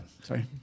sorry